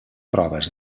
proves